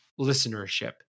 listenership